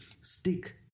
Stick